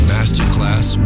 Masterclass